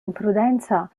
imprudenza